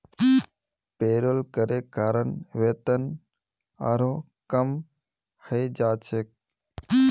payroll करे कारण वेतन आरोह कम हइ जा छेक